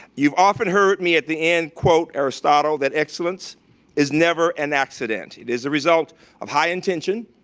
you've often heard me at the end quote aristotle, that excellence is never an accident. it is a result of high intention,